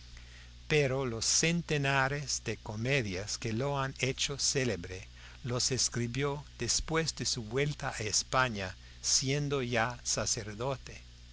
pero los centenares de comedias que lo han hecho célebre los escribió después de su vuelta a españa siendo ya sacerdote